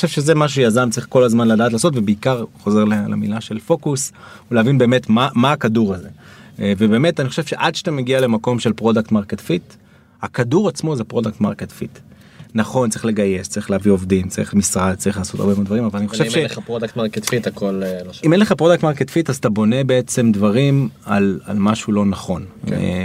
שזה משהו יזם צריך כל הזמן לדעת לעשות ובעיקר חוזר למילה של פוקוס להבין באמת מה מה כדור הזה. באמת אני חושב שעד שאתה מגיע למקום של פרודקט מרקט פיט הכדור עצמו זה פרודקט מרקט פיט. נכון צריך לגייס צריך להביא עובדים צריך משרד צריך לעשות הרבה דברים אבל אני חושב שאתה כולה אם אין לך פרודקט מרקט פיט אז אתה בונה בעצם דברים על משהו לא נכון.